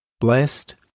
Blessed